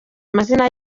amazina